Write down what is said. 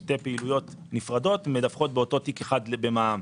שתי פעילויות נפרדות שמדווחות בתיק אחד במע"מ.